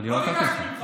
לא ביקשתי ממך.